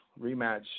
rematch